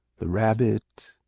the rabbit.